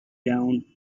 down